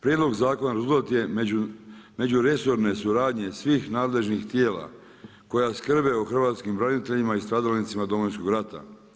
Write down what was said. Prijedlog zakona rezultat je međuresorne suradnje svih nadležnih tijela koja skrbe o hrvatskim braniteljima i stradalnicima Domovinskog rata.